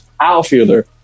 outfielder